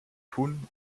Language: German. tun